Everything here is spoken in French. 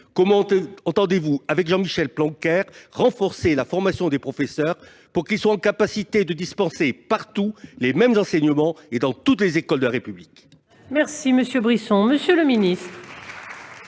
Comment entendez-vous, avec Jean-Michel Blanquer, renforcer la formation des professeurs pour qu'ils soient en mesure de dispenser les mêmes enseignements dans toutes les écoles de la République ? La parole est à M. le ministre.